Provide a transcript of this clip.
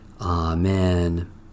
Amen